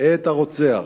את הרוצח?